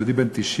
יהודי בן 90,